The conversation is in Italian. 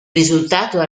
risultato